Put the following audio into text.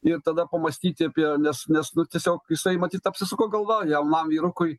ir tada pamąstyti apie nes nes nu tiesiog jisai matyt apsisuko galva jaunam vyrukui